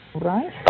Right